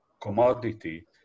commodity